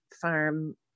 farm